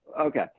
Okay